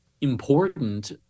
important